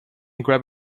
grab